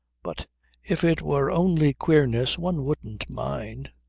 but if it were only queerness one wouldn't mind.